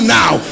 now